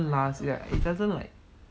last it doesn't like